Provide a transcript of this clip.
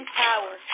power